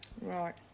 Right